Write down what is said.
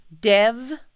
Dev